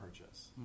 Purchase